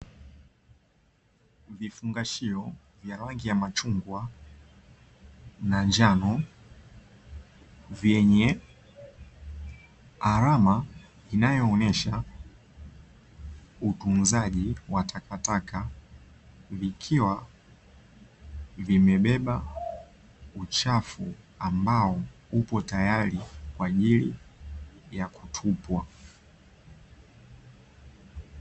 Vifungashio vya rangi ya machungwa na njano vyenye alama inayoonyesha utunzaji wa takataka, vikiwa vimebeba uchafu ambao upo tayari kwa ajili ya kutupwa.